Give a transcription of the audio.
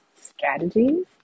strategies